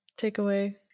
takeaway